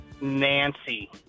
Nancy